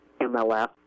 MLF